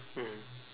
mm